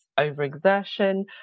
overexertion